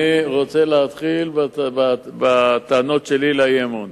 אני רוצה להתחיל בטענות שלי לאי-אמון.